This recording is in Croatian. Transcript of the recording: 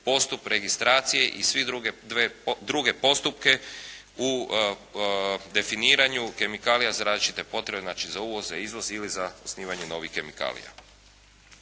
postup registracije i svi druge postupke u definiranju kemikalija za različite potrebe, znači za uvoz, za izvoz ili za osnivanje novih kemikalija.